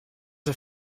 was